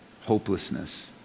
hopelessness